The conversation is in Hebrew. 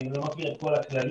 אני לא מכיר את כל הכללים.